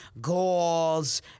goals